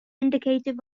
indicative